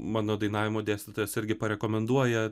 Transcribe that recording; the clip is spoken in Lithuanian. mano dainavimo dėstytojas irgi parekomenduoja